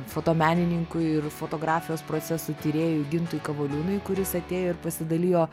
fotomenininkui ir fotografijos procesų tyrėjui gintui kavoliūnui kuris atėjo ir pasidalijo